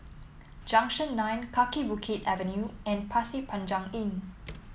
Junction Nine Kaki Bukit Avenue and Pasir Panjang Inn